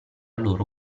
loro